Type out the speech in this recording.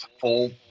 full